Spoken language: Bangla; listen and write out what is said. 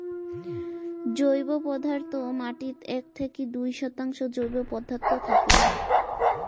জৈব পদার্থ মাটিত এক থাকি দুই শতাংশ জৈব পদার্থ থাকে